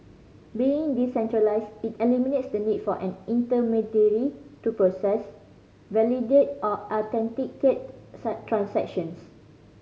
being decentralised it eliminates the need for an intermediary to process validate or authenticate transactions